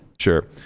Sure